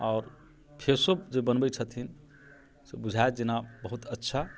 आओर फेसो जे बनबै छथिन तऽ बुझाएत जेना बहुत अच्छा